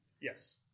Yes